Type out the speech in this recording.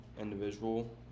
individual